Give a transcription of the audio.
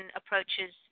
approaches